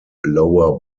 lower